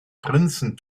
prinzen